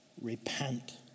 Repent